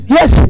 Yes